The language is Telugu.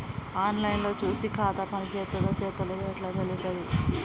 ఆన్ లైన్ లో చూసి ఖాతా పనిచేత్తందో చేత్తలేదో ఎట్లా తెలుత్తది?